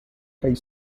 high